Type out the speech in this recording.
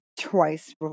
twice